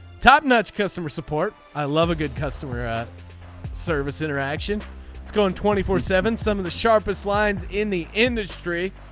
top notch customer support i love a good customer ah service interaction it's going twenty four seven some of the sharpest lines in the industry.